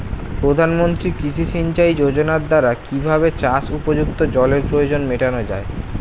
প্রধানমন্ত্রী কৃষি সিঞ্চাই যোজনার দ্বারা কিভাবে চাষ উপযুক্ত জলের প্রয়োজন মেটানো য়ায়?